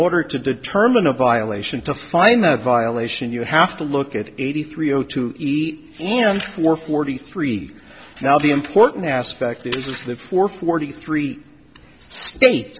order to determine a violation to find that violation you have to look at eighty three o two and four forty three now the important aspect is that for forty three states